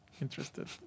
interested